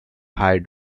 high